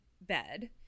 bed